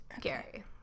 Gary